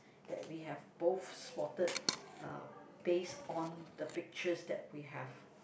that we have both spotted uh based on the pictures that we have